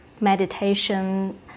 meditation